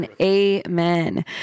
amen